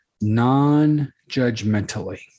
non-judgmentally